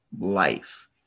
life